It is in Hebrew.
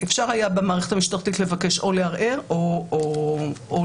אפשר היה במערכת המשטרתית לבקש או לערער או להישפט.